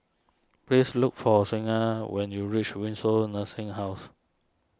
please look for Signa when you reach Windsor Nursing House